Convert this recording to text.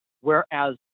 whereas